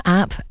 app